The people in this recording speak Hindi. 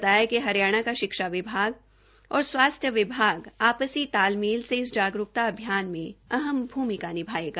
प्रवक्ता ने बताया कि हरियाणा का शिक्षा विभाग और स्वास्थ्य विभाग आपसी तालमेन से इस जागरूकता अभियान में अहम भूमिका निभायेगा